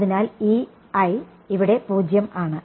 അതിനാൽ ഇവിടെ 0 ആണ്